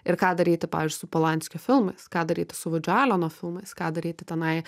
ir ką daryti pavyzdžiui su polanskio filmais ką daryti su vudžio alleno filmais ką daryti tenai